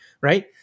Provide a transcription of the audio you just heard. right